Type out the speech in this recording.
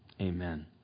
amen